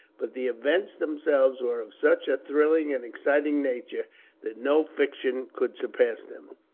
but the events themselves were of such a thrilling and exciting nature that no fiction could surpass them.